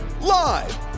Live